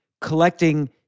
collecting